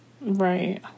Right